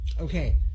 Okay